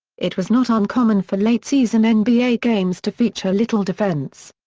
it was not uncommon for late-season and nba games to feature little defense.